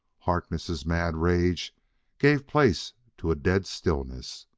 harkness' mad rage gave place to a dead stillness.